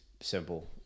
simple